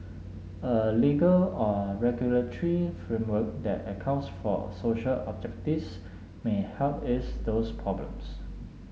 a legal or regulatory framework that accounts for social objectives may help ease those problems